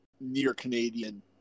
near-Canadian